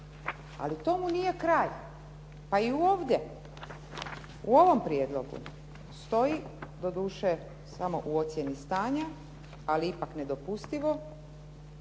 Ali tomu nije kraj. Pa i ovdje u ovom prijedlogu stoji doduše samo u ocjeni stanja, ali ipak nedopustivo,